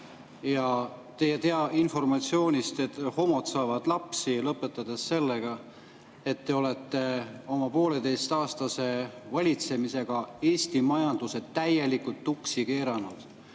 ja teie informatsioonist, et homod saavad lapsi, ja lõpetades sellega, et te olete oma pooleteistaastase valitsemisega Eesti majanduse täielikult tuksi keeranud